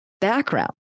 background